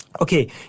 okay